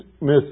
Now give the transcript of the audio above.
miss